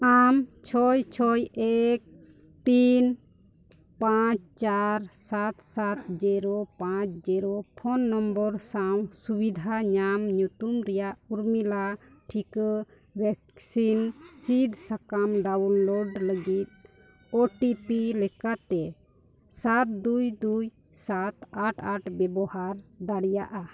ᱟᱢ ᱪᱷᱚᱭ ᱪᱷᱚᱭ ᱮᱠ ᱛᱤᱱ ᱯᱟᱸᱪ ᱪᱟᱨ ᱥᱟᱛ ᱥᱟᱛ ᱡᱤᱨᱳ ᱯᱟᱸᱪ ᱡᱤᱨᱳ ᱯᱷᱳᱱ ᱱᱚᱢᱵᱚᱨ ᱥᱟᱶ ᱥᱩᱵᱤᱫᱷᱟ ᱧᱟᱢ ᱧᱩᱛᱩᱢ ᱨᱮᱭᱟᱜ ᱩᱨᱢᱤᱞᱟ ᱴᱤᱠᱟᱹ ᱵᱷᱮᱠᱥᱤᱱ ᱥᱤᱫᱽ ᱥᱟᱠᱟᱢ ᱰᱟᱣᱩᱱᱞᱳᱰ ᱞᱟᱹᱜᱤᱫ ᱳ ᱴᱤ ᱯᱤ ᱞᱮᱠᱟᱛᱮ ᱥᱟᱛ ᱫᱩᱭ ᱫᱩᱭ ᱥᱟᱛ ᱟᱴ ᱟᱴ ᱵᱮᱵᱚᱦᱟᱨ ᱫᱟᱲᱮᱭᱟᱜᱼᱟ